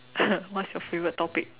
what's your favourite topic